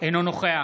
אינו נוכח